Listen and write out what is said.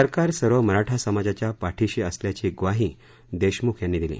सरकार सर्व मराठा समाजाच्या पाठीशी असल्याची ग्वाही देशमुख यांनी दिली